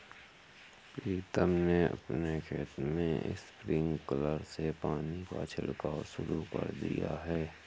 प्रीतम ने अपने खेत में स्प्रिंकलर से पानी का छिड़काव शुरू कर दिया है